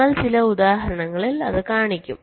ഞങ്ങൾ ചില ഉദാഹരണങ്ങളിൽ കാണിക്കും